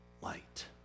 light